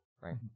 right